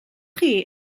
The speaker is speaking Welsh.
chi